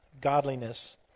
godliness